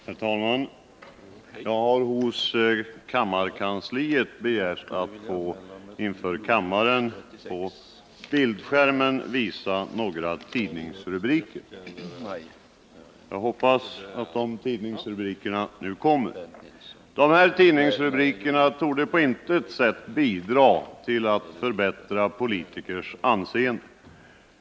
Herr talman! Jag har hos kammarkansliet begärt att inför kammaren på bildskärmen få visa några tidningsrubriker: Skånsk riksdagsman tjänar 400 000 kr. på smart husaffär. — Äger redan 600 tunnland — Riksdagsman betalar mark med livräntor — s-riksdagsmän: Livräntor öppnar väg för skatteflykt! Sådana här rubriker torde på intet sätt bidra till att förbättra politikers anseende.